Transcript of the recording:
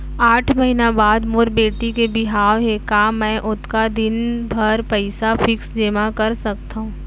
आठ महीना बाद मोर बेटी के बिहाव हे का मैं ओतका दिन भर पइसा फिक्स जेमा कर सकथव?